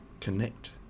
connect